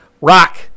Rock